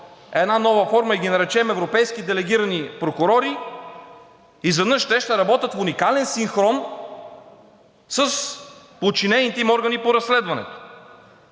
в една нова форма и ги наречем „европейски делегирани прокурори“, изведнъж те ще работят в уникален синхрон с подчинените им органи по разследването.